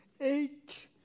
eight